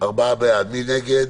מי נגד?